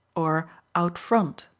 or out front,